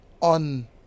on